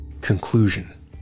Conclusion